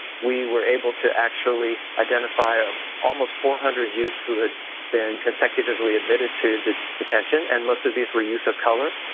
we were able to actually identify almost four hundred youth who had been consecutively admitted to to detention and most of these were youth of color.